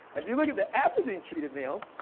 if you look at the atrazine-treated males,